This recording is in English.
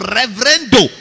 reverendo